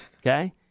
Okay